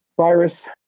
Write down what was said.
virus